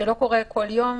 שלא קורה כל יום,